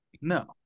No